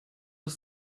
aux